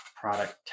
product